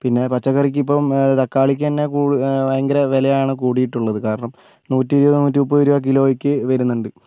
പിന്നെ പച്ചക്കറിക്ക് ഇപ്പം തക്കാളിക്ക് തന്നെ കൂടു ഭയങ്കര വിലയാണ് കൂടിയിട്ടുള്ളത് കാരണം നൂറ്റി ഇരുപത് നൂറ്റി മുപ്പത് രൂപ കിലോയ്ക്ക് വരുന്നുണ്ട്